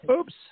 oops